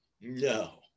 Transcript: No